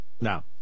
Now